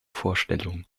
vorstellung